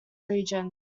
region